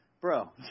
Bro